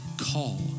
call